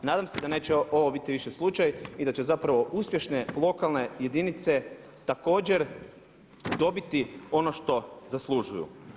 Nadam se da neće ovo biti više slučaj i da će uspješne lokalne jedinice također dobiti ono što zaslužuju.